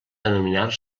denominar